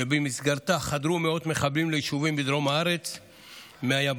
שבמסגרתה חדרו מאות מחבלים ליישובים בדרום הארץ מהיבשה,